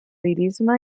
lirisme